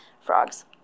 frogs